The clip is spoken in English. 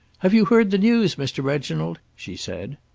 have you heard the news, mr. reginald? she said.